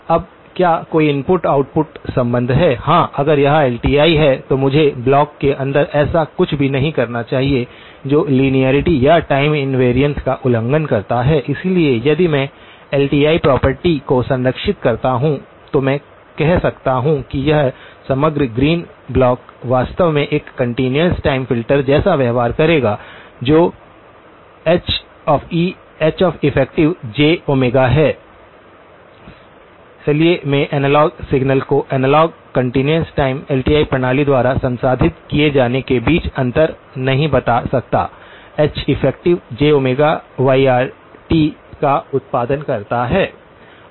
अब क्या कोई इनपुट आउटपुट संबंध है हां अगर यह एलटीआई है तो मुझे ब्लॉक के अंदर ऐसा कुछ भी नहीं करना चाहिए जो लिनारिटी या टाइम इन्वैरिअन्स का उल्लंघन करता है इसलिए यदि मैं एलटीआई प्रॉपर्टी को संरक्षित करता हूं तो मैं कह सकता हूं कि यह समग्र ग्रीन ब्लॉक वास्तव में एक कंटीन्यूअस टाइम फ़िल्टर जैसा व्यवहार करेगा जो Heffj है सलिए मैं एनालॉग सिग्नल को एनालॉग कंटीन्यूअस टाइम एलटीआई प्रणाली द्वारा संसाधित किए जाने के बीच अंतर नहीं बता सकता Heffj yr का उत्पादन करता है